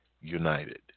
United